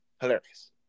Hilarious